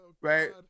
right